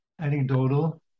anecdotal